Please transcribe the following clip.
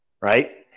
right